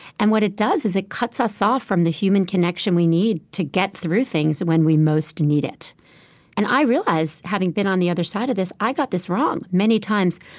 and what it does is it cuts us off from the human connection we need to get through things when we most need it and i realize having been on the other side of this, i got this wrong many times.